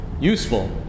useful